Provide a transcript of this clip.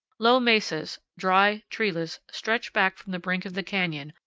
low mesas, dry, treeless, stretch back from the brink of the canyon,